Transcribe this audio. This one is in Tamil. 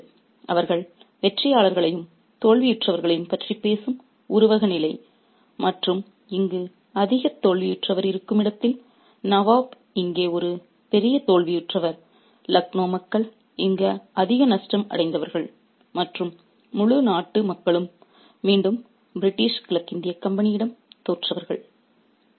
மற்றொரு நிலை உள்ளது அவர்கள் வெற்றியாளர்களையும் தோல்வியுற்றவர்களையும் பற்றி பேசும் உருவக நிலை மற்றும் இங்கு அதிக தோல்வியுற்றவர் இருக்கும் இடத்தில் நவாப் இங்கே ஒரு பெரிய தோல்வியுற்றவர் லக்னோ மக்கள் இங்கு அதிக நஷ்டம் அடைந்தவர்கள் மற்றும் முழு நாட்டு மக்களும் மீண்டும் பிரிட்டிஷ் கிழக்கிந்திய கம்பெனியிடம் தோற்றவர்கள்